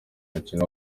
mukino